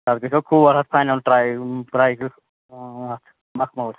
تَتھ گژھو ژور ہتھ فاینَل ٹرٛے پرٛایِز پٲنٛژھ مخمور